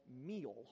meal